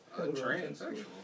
transsexual